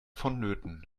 vonnöten